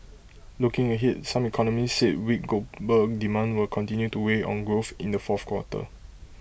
looking ahead some economists said weak global demand will continue to weigh on growth in the fourth quarter